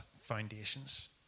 foundations